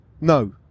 No